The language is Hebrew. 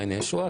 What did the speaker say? מעייני הישועה,